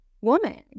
woman